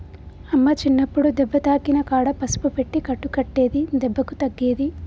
అమ్మ చిన్నప్పుడు దెబ్బ తాకిన కాడ పసుపు పెట్టి కట్టు కట్టేది దెబ్బకు తగ్గేది